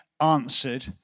answered